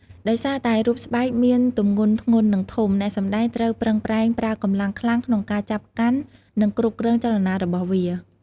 ដោយសារតែរូបស្បែកមានទម្ងន់ធ្ងន់ និងធំ អ្នកសម្តែងត្រូវប្រឹងប្រែងប្រើកម្លាំងខ្ខ្លាំងក្នុងការចាប់កាន់ និងគ្រប់គ្រងចលនារបស់វា។